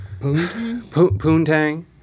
Poontang